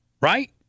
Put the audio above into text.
right